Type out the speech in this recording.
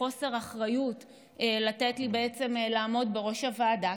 חוסר אחריות לתת לי בעצם לעמוד בראש הוועדה,